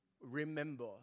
Remember